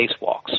spacewalks